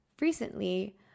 recently